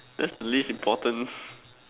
that's the least important